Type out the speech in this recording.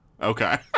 Okay